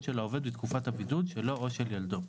של העובד בתקופת הבידוד שלו או של ילדו".